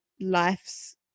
life's